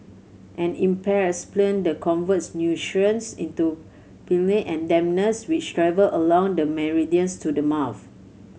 an impaired spleen the converts into and dampness which travel along the meridians to the mouth